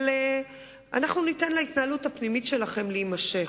אבל אנחנו ניתן להתנהלות הפנימית שלכם להימשך.